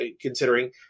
considering